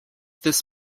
this